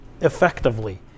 effectively